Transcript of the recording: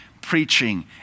preaching